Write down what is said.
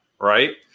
right